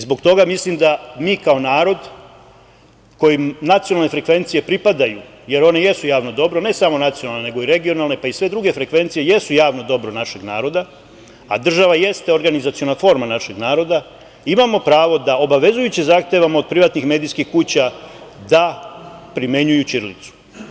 Zbog toga mislim da mi kao narod kojem nacionalne frekvencije pripadaju, jer one jesu javno dobro, ne samo nacionalne nego i regionalne, pa i sve druge frekvencije, jesu javno dobro našeg naroda, a država jeste organizaciona forma našeg naroda, imamo pravo da obavezujuće zahtevamo od privatnih medijskih kuća da primenjuju ćirilicu.